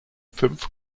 fünf